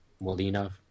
Molina